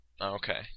Okay